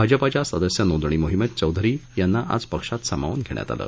भाजपाच्या सदस्य नोंदणी मोहीमेत चौधरी यांना आज पक्षात सामवून घेण्यात आलं